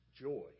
joy